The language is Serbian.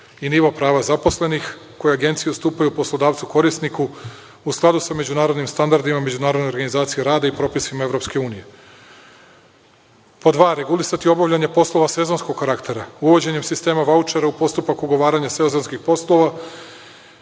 i nivo prava zaposlenih koje agencije ustupaju poslodavcu-korisniku, u skladu sa međunarodnim standardima, Međunarodnom organizacijom rada i propisima Evropske unije.2) Regulisati obavljanje poslova sezonskog karaktera. Uvođenjem sistema vaučera u postupak ugovaranja sezonskih poslova